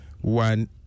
One